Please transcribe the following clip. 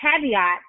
caveat